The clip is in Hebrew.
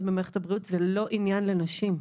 במערכת הבריאות זה לא עניין לנשים,